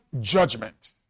judgment